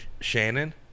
Shannon